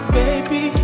baby